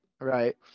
right